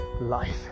life